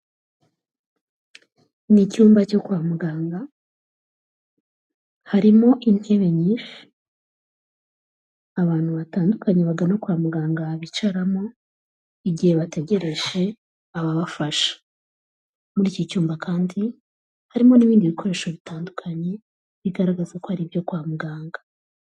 Ni icyumba cyo kwa muganga harimo intebe nyinshi, abantu batandukanye bagana kwa muganga bicaramo, igihe bategereje ababafasha. Muri iki cyumba kandi harimo n'ibindi bikoresho bitandukanye bigaragaza ko ari ibyo kwa muganga.